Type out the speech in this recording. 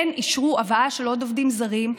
כן אישרו הבאה של עובדים זרים.